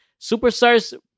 Superstars